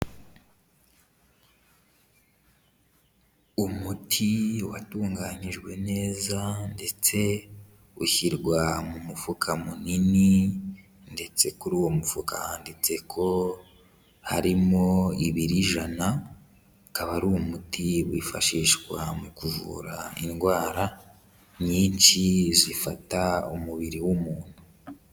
Umuti watunganyijwe neza ndetse ushyirwa mu mufuka munini ndetse kuri uwo mufuka handitse ko harimo ibiro ijana. Akaba ari umuti wifashishwa mu kuvura indwara nyinshi zifata umubiri w'umuntu.